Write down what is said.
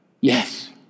Yes